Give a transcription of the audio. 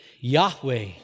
Yahweh